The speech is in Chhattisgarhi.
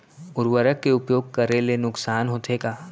उर्वरक के उपयोग करे ले नुकसान होथे का?